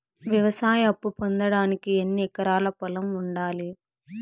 వ్యవసాయ అప్పు పొందడానికి ఎన్ని ఎకరాల పొలం ఉండాలి?